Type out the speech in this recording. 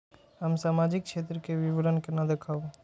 हम सामाजिक क्षेत्र के विवरण केना देखब?